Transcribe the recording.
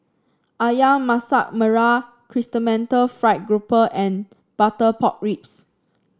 ayam Masak Merah Chrysanthemum Fried Grouper and Butter Pork Ribs